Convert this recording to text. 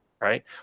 right